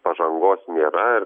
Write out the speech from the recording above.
pažangos nėra ir